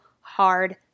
hard